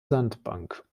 sandbank